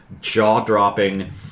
jaw-dropping